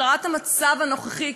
השארת המצב הנוכחי,